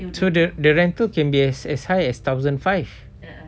so the the rent can be as high as thousand five